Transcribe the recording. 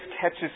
catches